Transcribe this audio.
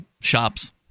shops